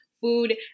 food